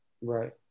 Right